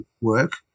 work